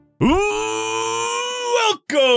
Welcome